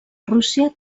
rússia